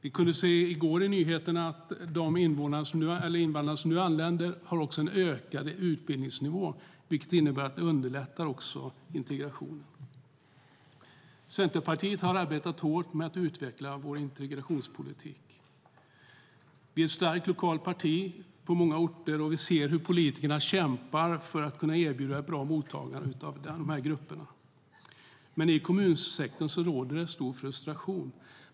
Vi kunde se i går på nyheterna att de invandrare som nu anländer har en ökad utbildningsnivå, vilket underlättar integration. Centerpartiet har arbetat hårt med att utveckla vår integrationspolitik. Vi är ett starkt lokalt parti på många orter, och vi ser hur politikerna kämpar för att kunna erbjuda ett bra mottagande av de här grupperna. Men i kommunsektorn råder en stor frustration.